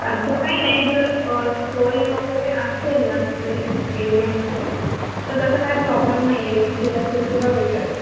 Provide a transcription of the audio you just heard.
असं काही नाही जर सोय वगैरे असेल ना तिकडे एरियामध्ये तर तसा काय प्रॉब्लेम नाही आहे रिसेल असेल किंवा वेगळं काय